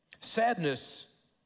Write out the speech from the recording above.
Sadness